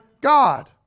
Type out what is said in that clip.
God